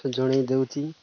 ଜଣାଇ ଦେଉଛି